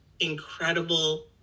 incredible